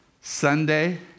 Sunday